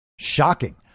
Shocking